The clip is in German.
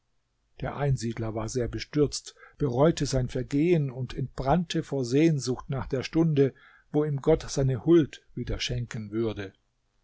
der einsiedler war sehr bestürzt bereute sein vergehen und entbrannte vor sehnsucht nach der stunde wo ihm gott seine huld wieder schenken würde